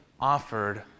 offered